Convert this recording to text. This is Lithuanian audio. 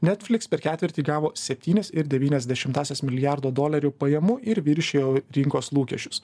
netflix per ketvirtį gavo septynias ir devynias dešimtąsias milijardo dolerių pajamų ir viršijo rinkos lūkesčius